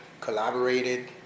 collaborated